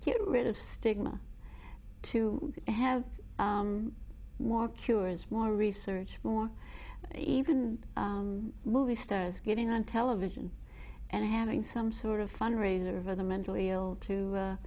get rid of stigma to have more cures more research more even movie stars getting on television and having some sort of fundraiser for the mentally ill to